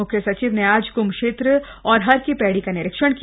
मुख्य सचिव ने आज कुंभ क्षेत्र और हर की पैड़ी का निरीक्षण किया